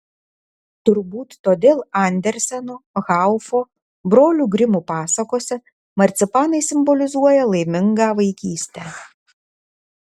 turbūt todėl anderseno haufo brolių grimų pasakose marcipanai simbolizuoja laimingą vaikystę